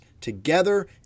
together